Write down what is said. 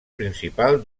principal